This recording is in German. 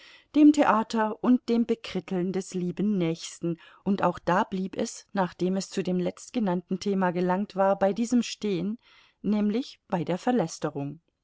dem theater und dem bekritteln des lieben nächsten und auch da blieb es nachdem es zu dem letztgenannten thema gelangt war bei diesem stehen nämlich bei der